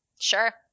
Sure